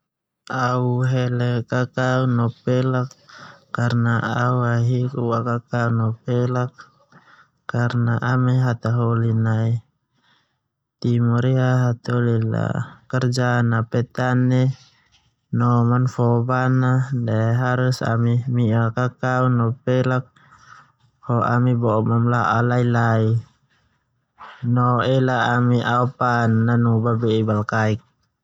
Au hele kakau no pelak kaena au ahik u'a kakau no pelak karna ami hataholi nai timur ia hataholi la kerja a petani no manfoo bana de harus ami mi'a kakau no pelak ho ami bo'o mamla'a lai-lai no ela ami ao paan nanu babe' balkaik